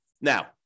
Now